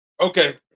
okay